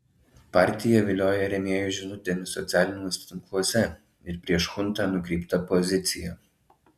partija vilioja rėmėjus žinutėmis socialiniuose tinkluose ir prieš chuntą nukreipta pozicija